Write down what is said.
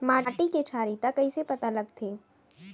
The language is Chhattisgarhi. माटी के क्षारीयता कइसे पता लगथे?